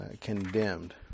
condemned